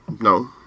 No